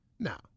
Now